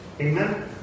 Amen